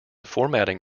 formatting